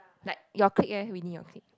like you clique leh Winnie your clique